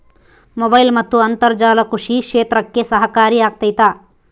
Mobile ಮತ್ತು ಅಂತರ್ಜಾಲ ಕೃಷಿ ಕ್ಷೇತ್ರಕ್ಕೆ ಸಹಕಾರಿ ಆಗ್ತೈತಾ?